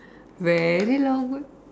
very long way